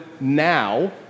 now